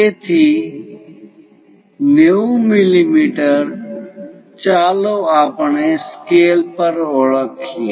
તેથી 90 મીમી ચાલો આપણે સ્કેલ પર ઓળખીએ